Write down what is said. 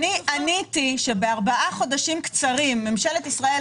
עניתי שבארבעה חודשים קצרים ממשלת ישראל,